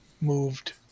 moved